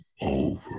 over